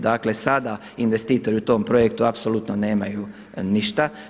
Dakle sada investitori u tom projektu apsolutno nemaju ništa.